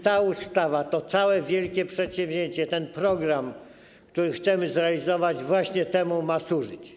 Ta ustawa, to całe wielkie przedsięwzięcie, ten program, który chcemy zrealizować, właśnie temu ma służyć.